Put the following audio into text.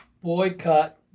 boycott